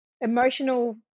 emotional